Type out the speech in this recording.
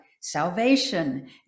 salvation